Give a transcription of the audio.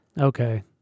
Okay